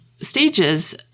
stages